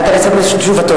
אתה מסתפק בתשובתו.